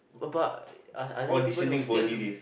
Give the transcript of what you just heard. oh but are are there people who still